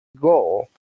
goal